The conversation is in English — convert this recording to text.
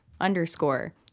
underscore